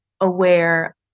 aware